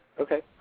Okay